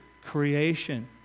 creation